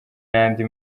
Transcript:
n’andi